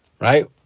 right